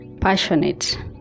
passionate